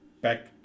Back